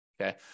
Okay